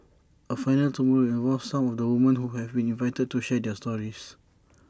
A finale tomorrow will involve some of the woman who have been invited to share their stories